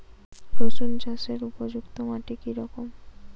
রুসুন চাষের উপযুক্ত মাটি কি রকম?